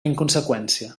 inconseqüència